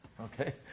okay